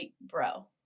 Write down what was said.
bro